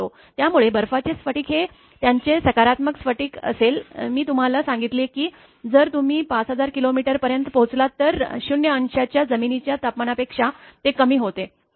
त्यामुळे बर्फाचे स्फटिक हे त्यांचे सकारात्मक स्फटिक असेल मी तुम्हाला सांगितले की जर तुम्ही ५००० किलोमीटर पर्यंत पोहोचलात तर 0 अंशाच्या जमिनीच्या तापमानापेक्षा ते कमी होते